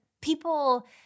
people